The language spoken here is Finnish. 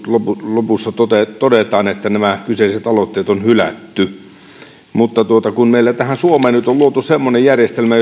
lopussa todetaan että nämä kyseiset aloitteet on hylätty meille suomeen on luotu semmoinen järjestelmä